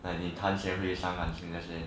like 你谈钱会伤感情这些